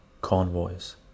convoys